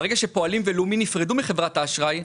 ברגע שפועלים ולאומי נפרדו מחברת האשראי.